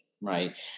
right